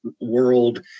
world